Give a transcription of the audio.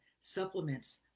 supplements